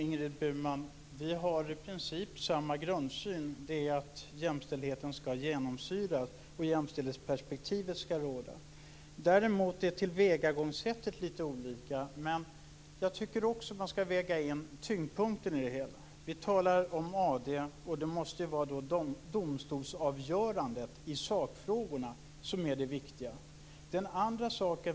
Herr talman! Vi har i princip samma grundsyn, nämligen att jämställdheten skall genomsyra allt och att jämställdhetsperspektivet skall råda. Däremot är våra tillvägagångssätt olika. Men jag tycker också att man skall väga in tyngdpunkten i det hela. Vi talar om AD, och det måste då vara domstolsavgörandet i sakfrågorna som är det viktiga.